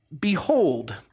Behold